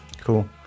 Cool